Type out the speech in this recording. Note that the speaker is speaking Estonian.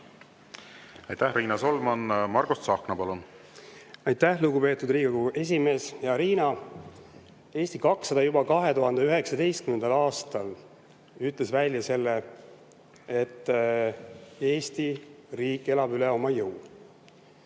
Aitäh, Riina Solman! Margus Tsahkna, palun! Aitäh, lugupeetud Riigikogu esimees! Hea Riina! Eesti 200 juba 2019. aastal ütles välja selle, et Eesti riik elab üle oma jõu.